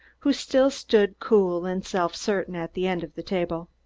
who still stood, cool and self-certain, at the end of the table.